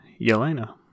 Yelena